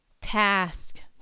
task